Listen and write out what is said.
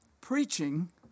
preaching